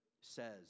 says